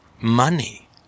money